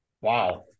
wow